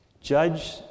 Judge